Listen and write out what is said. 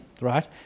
right